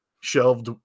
shelved